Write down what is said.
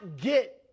get